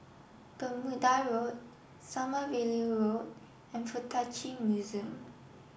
Bermuda Road Sommerville Road and Fuk Tak Chi Museum